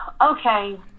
okay